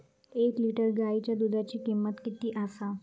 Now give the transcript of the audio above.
एक लिटर गायीच्या दुधाची किमंत किती आसा?